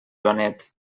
joanet